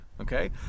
okay